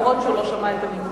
גם אם הוא לא שמע את הנימוקים.